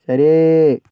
ശരി